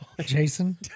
Jason